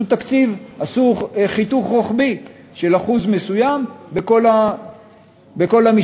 עשו חיתוך רוחבי של אחוז מסוים בכל המשרדים.